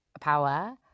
power